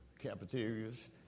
cafeterias